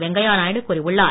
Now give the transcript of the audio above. வெங்கையா நாயுடு கூறியுள்ளார்